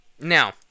Now